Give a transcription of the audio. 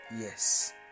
Yes